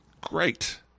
Great